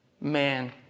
man